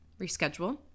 reschedule